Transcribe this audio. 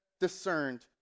discerned